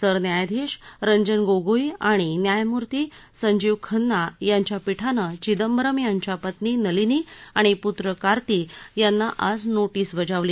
सरन्यायाधीश रंजन गोगोई आणि न्यायमूर्ती संजीव खन्ना यांच्या पीठानं चिदंबरम यांच्या पत्नी नलिनी आणि पुत्र कार्ती यांना आज नोटीस बजावली